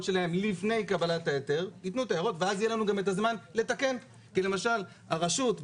שלהם לפני קבלת ההיתר ואז יהיה לנו הזמן לתקן כי למשל הרשות,